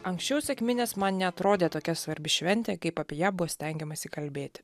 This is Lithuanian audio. anksčiau sekminės man neatrodė tokia svarbi šventė kaip apie ją buvo stengiamasi kalbėti